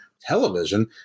television